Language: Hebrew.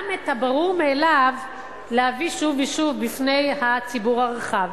גם את הברור מאליו להביא שוב ושוב בפני הציבור הרחב,